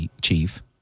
Chief